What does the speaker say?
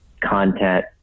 content